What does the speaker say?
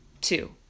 Two